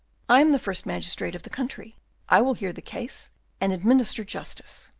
i am the first magistrate of the country i will hear the case and administer justice.